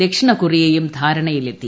ദക്ഷിണ കൊറിയയും ധാരണയിലെത്തി